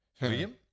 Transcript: William